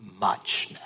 muchness